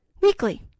weekly